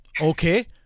Okay